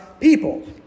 people